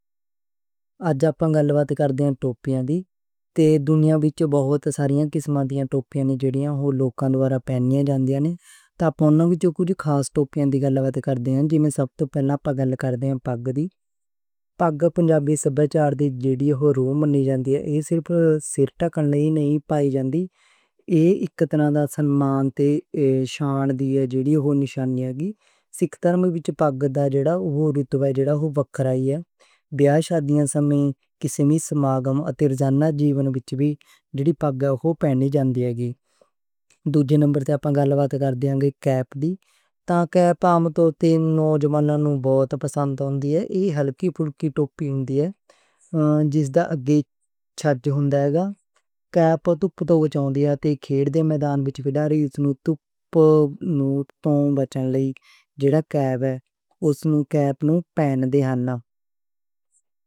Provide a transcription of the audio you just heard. آج اپاں گلاں باتے کر بیٹھے ٹوپیاں تے۔ تے دنیا وی تے اصلیں قسمّاں دیاں ٹوپیاں جیڑے لوکاں دوارے پہنیاں جاندے نے۔ پگ پنجابی ثقافت دا جڑا رتبہ وکھرا اے، ایہ صرف سر ڈھانپݨ لئی نہیں پائی جاندی اے۔ دوجے نمبر تے اپاں گلاں بات کردے ہاں کیپ دی۔ ایہ ہلکی پھلکی ٹوپی ہندی اے۔ کیپ دھوپ توں بچاؤندی اے تے کھیڈ دے میدان وچ کھلاڑی نوں دھوپ توں بچاؤن لئی کیپ پہن دے نیں۔